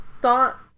thought